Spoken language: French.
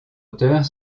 auteurs